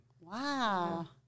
Wow